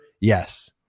yes